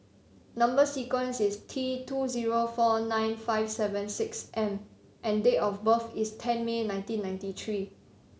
number sequence is T two zero four nine five seven six M and date of birth is ten May nineteen ninety three